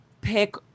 pick